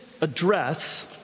address